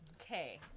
okay